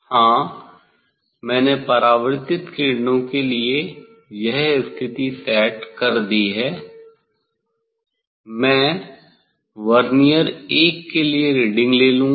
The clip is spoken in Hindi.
हाँ मैंने परावर्तित किरणों के लिए यह स्थिति सेट कर दी है मैं वर्नियर 1 के लिए रीडिंग ले लूंगा